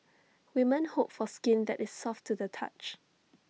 women hope for skin that is soft to the touch